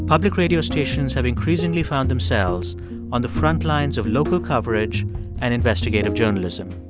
public radio stations have increasingly found themselves on the front lines of local coverage and investigative journalism.